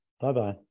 bye-bye